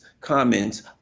comments